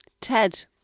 Ted